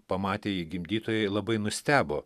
pamatę jį gimdytojai labai nustebo